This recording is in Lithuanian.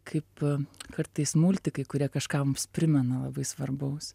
kaip kartais multikai kurie kažkam primena labai svarbaus